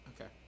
Okay